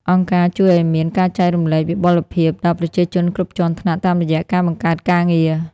អង្គការជួយឱ្យមាន "ការចែករំលែកវិបុលភាព" ដល់ប្រជាជនគ្រប់ជាន់ថ្នាក់តាមរយៈការបង្កើតការងារ។